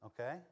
okay